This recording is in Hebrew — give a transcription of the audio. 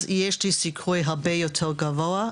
אז יש לי סיכוי הרבה יותר גבוה,